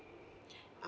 um